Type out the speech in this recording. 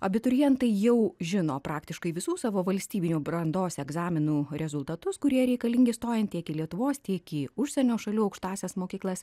abiturientai jau žino praktiškai visų savo valstybinių brandos egzaminų rezultatus kurie reikalingi stojant tiek į lietuvos tiek į užsienio šalių aukštąsias mokyklas